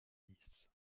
nice